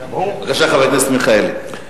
בבקשה, חבר הכנסת מיכאלי.